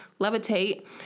levitate